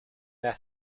their